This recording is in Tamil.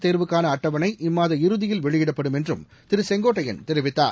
தேர்வுக்கான அட்டவணை இம்மாத இறுதியில் வெளியிடப்படும் என்றும் திரு செங்கோட்டையன் தெரிவித்தார்